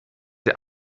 der